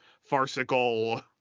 farcical